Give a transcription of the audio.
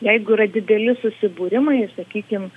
jeigu yra dideli susibūrimai sakykim